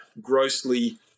grossly